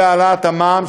בהעלאת המע"מ,